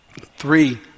Three